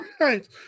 Right